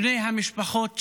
בני המשפחות שלהם,